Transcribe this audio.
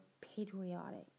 patriotic